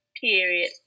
Period